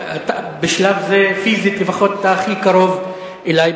בשלב זה, פיזית לפחות, אתה הכי קרוב אלי.